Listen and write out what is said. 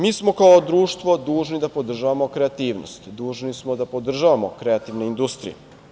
Mi smo kao društvo dužni da podržavamo kreativnost, dužni smo da podržavamo kreativnu industriju.